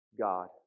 God